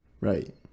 right